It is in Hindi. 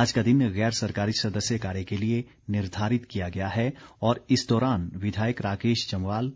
आज का दिन गैर सरकारी सदस्य कार्य के लिए निर्धारित किया गया है और इस दौरान विधायक राकेश जम्वाल